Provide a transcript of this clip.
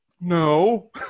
no